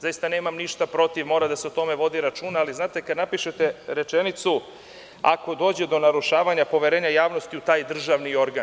Zaista nemam ništa protiv, mora o tome da se vodi računa, ali znate kada napišete rečenicu – ako dođe do narušavanja poverene javnosti u taj državni organ.